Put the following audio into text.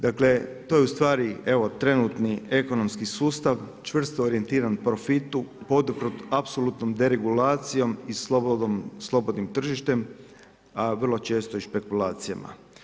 Dakle, to je ustvari trenutni ekonomski sustav, čvrsto orijentiran profitu, podvrgnut apsolutnoj deregulacijom i slobodnim tržištem a vrlo često i špekulacijama.